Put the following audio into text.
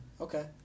okay